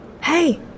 Hey